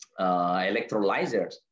electrolyzers